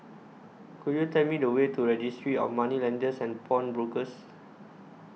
Could YOU Tell Me The Way to Registry of Moneylenders and Pawnbrokers